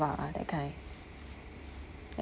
!wah! ah that kind ya